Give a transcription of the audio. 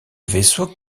vaisseaux